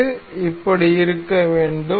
இது இப்படி இருக்க வேண்டும்